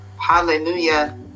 Hallelujah